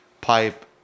pipe